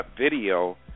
video